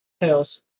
Tails